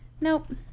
Nope